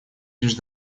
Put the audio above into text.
лишь